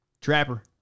Trapper